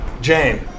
Jane